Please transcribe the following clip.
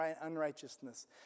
unrighteousness